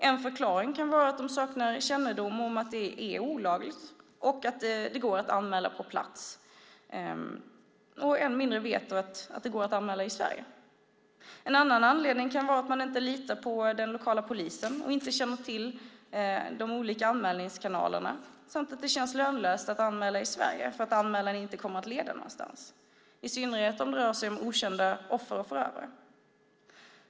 En förklaring kan vara att de saknar kännedom om att det är olagligt och att det går att anmäla på plats. Än mindre vet de att det går att anmäla i Sverige. En annan anledning kan vara att man inte litar på den lokala polisen och inte känner till de olika anmälningskanalerna samt att det känns lönlöst att anmäla i Sverige eftersom anmälan inte kommer att leda någonstans. Det gäller i synnerhet om det rör sig om okända offer och förövare.